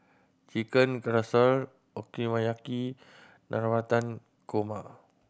Chicken Casserole Okonomiyaki Navratan Korma